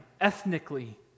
ethnically